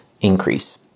increase